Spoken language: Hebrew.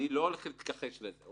אני לא הולך להתכחש לזה.